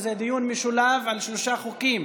וזה דיון משולב על שלושה חוקים.